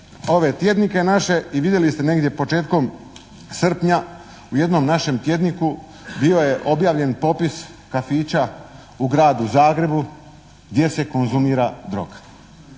ove tjednike naše i vidjeli ste negdje početkom srpnja u jednom našem tjedniku, bio je objavljen popis kafića u Gradu Zagrebu gdje se konzumira droga.